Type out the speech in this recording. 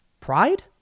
Pride